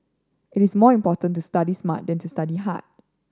it is more important to study smart than to study hard